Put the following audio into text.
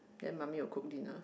then mummy will cook dinner